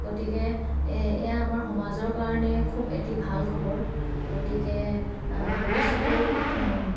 গতিকে এয়া এ আমাৰ সমাজৰ কাৰণে খুব এটি ভাল খবৰ গতিকে ভৱিষ্যতেও